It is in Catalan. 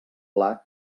pla